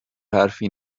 حرفی